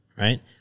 right